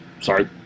sorry